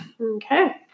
Okay